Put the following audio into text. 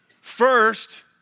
First